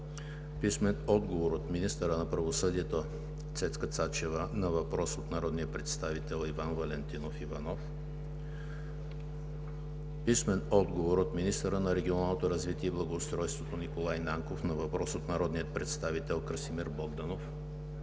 Иванов; - министъра на правосъдието Цецка Цачева на въпрос от народния представител Иван Валентинов Иванов; - министъра на регионалното развитие и благоустройството Николай Нанков на въпрос от народния представител Красимир Богданов;